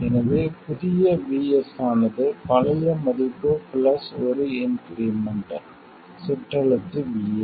எனவே புதிய VS ஆனது பழைய மதிப்பு பிளஸ் ஒரு இன்க்ரிமென்ட் சிற்றெழுத்து vS